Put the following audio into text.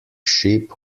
ship